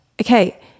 okay